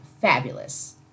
fabulous